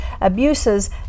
abuses